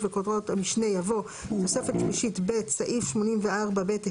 וכותרות המשנה יבוא: "תוספת שלישית ב' (סעיף 84(ב1)(5)